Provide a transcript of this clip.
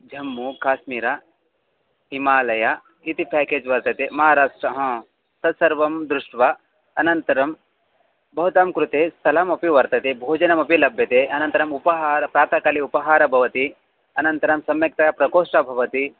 झम्मू काश्मीर हिमालयः इति पेकेज् वर्तते महाराष्ट्रं हा तत्सर्वं दृष्ट्वा अनन्तरं भवतां कृते स्थलमपि वर्तते भोजनमपि लभ्यते अनन्तरम् उपहार प्रातःकाले उपहारः भवति अनन्तरं सम्यक्तया प्रकोष्ठः भवति